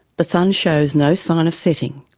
the sun shows no sign of setting.